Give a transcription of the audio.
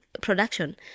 production